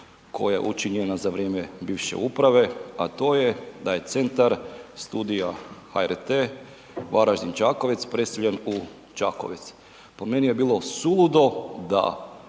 koja je učinjena za vrijeme bivše uprave a to je da je Centar studija HRT-a Varaždin-Čakovec preseljen u Čakovec. Po meni je bilo suludo da